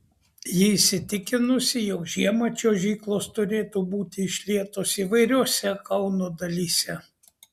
ji įsitikinusi jog žiemą čiuožyklos turėtų būti išlietos įvairiose kauno dalyse